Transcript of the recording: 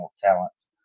talents